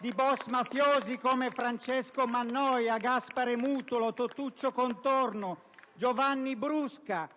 di boss mafiosi come Francesco Mannoia, Gaspare Mutolo, Totuccio Contorno, Giovanni Brusca,